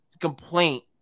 complaint